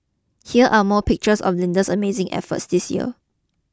here are more pictures of Linda's amazing effort this year